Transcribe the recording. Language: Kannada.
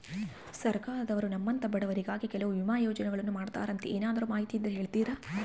ಸರ್ಕಾರದವರು ನಮ್ಮಂಥ ಬಡವರಿಗಾಗಿ ಕೆಲವು ವಿಮಾ ಯೋಜನೆಗಳನ್ನ ಮಾಡ್ತಾರಂತೆ ಏನಾದರೂ ಮಾಹಿತಿ ಇದ್ದರೆ ಹೇಳ್ತೇರಾ?